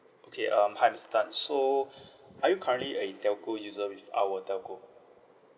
okay um hi miss tan so are you currently a telco user with our telco